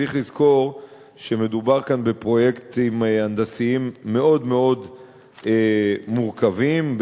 צריך לזכור שמדובר כאן בפרויקטים הנדסיים מאוד-מאוד מורכבים,